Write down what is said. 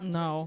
no